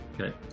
okay